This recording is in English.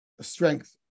strength